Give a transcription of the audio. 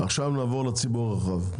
עכשיו נעבור לציבור הרחב.